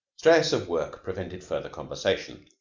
stress of work prevented further conversation.